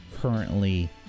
currently